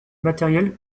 matériel